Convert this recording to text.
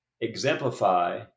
exemplify